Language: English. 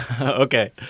Okay